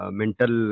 mental